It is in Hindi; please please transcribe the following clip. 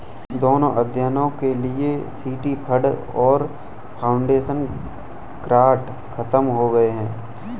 दोनों अध्ययनों के लिए सिटी फंड और फाउंडेशन ग्रांट खत्म हो गए हैं